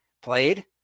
played